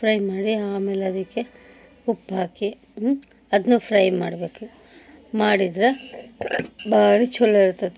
fry ಮಾಡಿ ಆಮೇಲೆ ಅದಕ್ಕೆ ಉಪ್ಪಾಕಿ ಅದನ್ನ ಫ್ರೈ ಮಾಡಬೇಕು ಮಾಡಿದ್ರೆ ಬಾರಿ ಛಲೋ ಇರ್ತೈತಿ